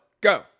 go